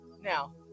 Now